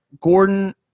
Gordon